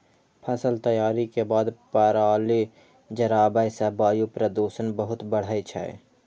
फसल तैयारी के बाद पराली जराबै सं वायु प्रदूषण बहुत बढ़ै छै